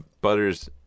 Butters